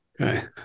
Okay